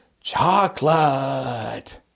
chocolate